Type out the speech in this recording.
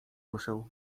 ruszył